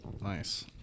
Nice